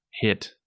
hit